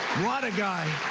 what a guy.